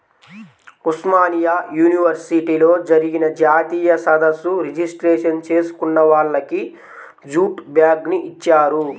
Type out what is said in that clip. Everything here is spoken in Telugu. ఉస్మానియా యూనివర్సిటీలో జరిగిన జాతీయ సదస్సు రిజిస్ట్రేషన్ చేసుకున్న వాళ్లకి జూటు బ్యాగుని ఇచ్చారు